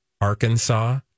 Arkansas